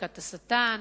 "כת השטן".